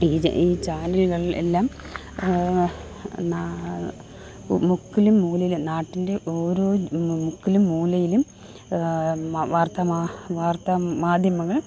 ഈ ഈ ചാനലുകൾ എല്ലാം നാ മുക്കിലും മൂലയിലും നാട്ടിൻ്റെ ഓരോ മുക്കിലും മൂലയിലും വാർത്താമാ വാർത്താമാധ്യമങ്ങൾ